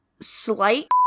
slight